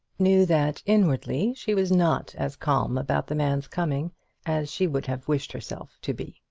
knew that inwardly she was not as calm about the man's coming as she would have wished herself to be.